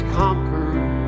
conquered